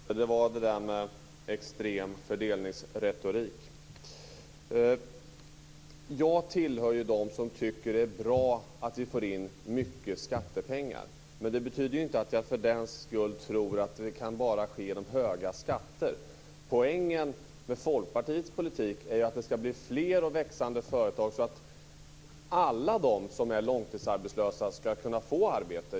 Fru talman! Det var det där med extrem fördelningsretorik. Jag tillhör dem som tycker att det är bra att vi får in mycket skattepengar. Men det betyder inte att jag tror att det kan ske bara genom höga skatter. Poängen med Folkpartiets politik är att det skall bli fler och växande företag, så att alla de som är långtidsarbetslösa skall kunna få arbete.